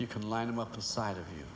you can line them up inside of you